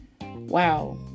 Wow